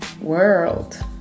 world